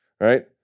right